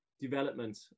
development